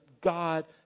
God